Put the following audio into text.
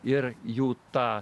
ir jų tą